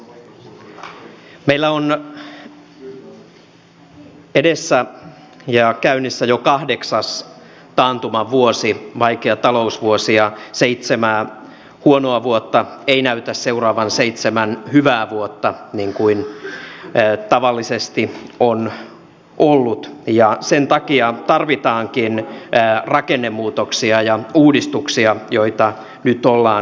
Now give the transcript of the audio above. meillä on edessä ja käynnissä jo kahdeksas taantumavuosi vaikea talousvuosi ja seitsemää huonoa vuotta ei näytä seuraavan seitsemän hyvää vuotta niin kuin tavallisesti on ollut ja sen takia tarvitaankin rakennemuutoksia ja uudistuksia joita nyt ollaan tekemässä